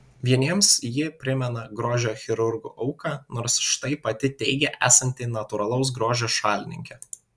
vieniems ji primena grožio chirurgų auką nors štai pati teigia esanti natūralaus grožio šalininkė